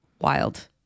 Wild